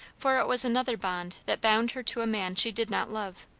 for it was another bond that bound her to a man she did not love.